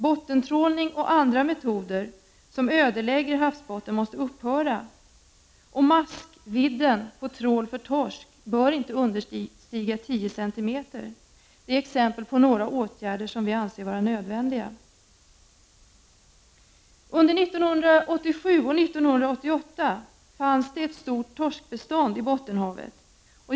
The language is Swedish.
Bottentrålning och andra metoder som ödelägger havsbottnen måste upphöra. Maskvidden på trål för torsk bör inte understiga 10 cm. Det är exempel på några åtgärder som vi anser vara nödvändiga. Under 1987 och 1988 fanns det ett stort torskbestånd i Bottenhavet.